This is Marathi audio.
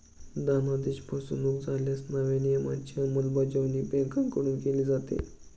धनादेश फसवणुक झाल्यास नव्या नियमांची अंमलबजावणी बँकांकडून केली जाते